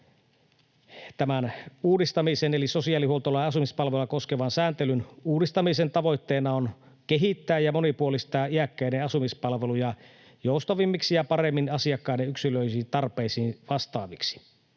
mietinnöstä esille sosiaalihuoltolain asumispalveluja koskevan sääntelyn uudistamisen: Sen tavoitteena on kehittää ja monipuolistaa iäkkäiden asumispalveluja joustavammiksi ja paremmin asiakkaiden yksilöllisiin tarpeisiin vastaaviksi.